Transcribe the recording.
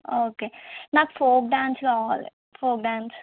okay నాకు folk dance కావాలి folk dance